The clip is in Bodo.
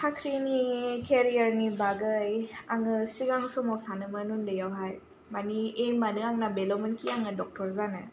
साख्रिनि केरियारनि बागै आङो सिगां समाव सानोमोन उन्दैआव हाय मानि एम आनो आंना बेल'मोनखि आंना डाक्टार जानाय